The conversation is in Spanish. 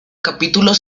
capítulos